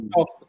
Talk